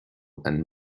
and